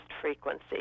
frequency